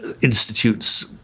institutes